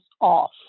off